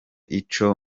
ico